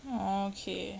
oh okay